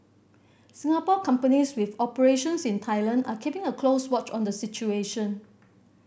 Singapore companies with operations in Thailand are keeping a close watch on the situation